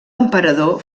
emperador